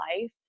life